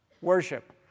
Worship